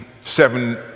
seven